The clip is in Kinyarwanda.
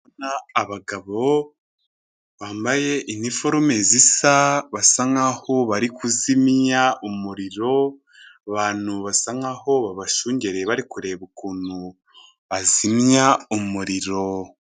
Abagabo bambaye iniforume zisa basa nk'aho bari kuzimyamya umuriro abantu basa nk'aho babashungereye bari kureba ukuntu bazimya umuriro.